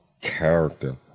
character